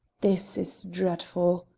this is dreadful,